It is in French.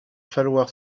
falloir